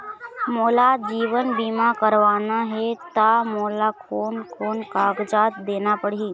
मोला जीवन बीमा करवाना हे ता मोला कोन कोन कागजात देना पड़ही?